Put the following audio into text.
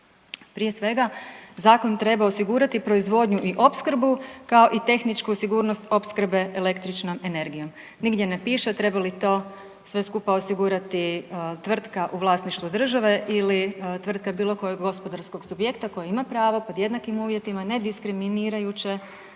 Prije svega zakon treba osigurati proizvodnju i opskrbu kao i tehničku sigurnost opskrbe električnom energijom. Nigdje ne piše treba li to sve skupa osigurati tvrtka u vlasništvu države ili tvrtka bilo kojeg gospodarskog subjekta koji ima pravo pod jednakim uvjetima nediskriminirajuće